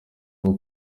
bwo